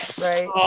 Right